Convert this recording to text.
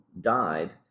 died